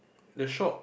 the shop